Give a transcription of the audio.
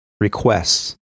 requests